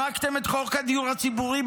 הרגתם את חוק הדיור הציבורי,